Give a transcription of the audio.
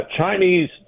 Chinese